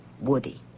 Woody